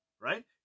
right